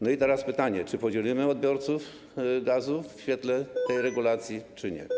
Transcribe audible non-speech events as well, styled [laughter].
No i teraz pytanie: Czy podzielimy odbiorców gazu w świetle tej regulacji, [noise] czy nie?